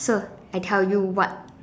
so I tell you what